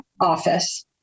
office